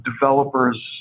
developers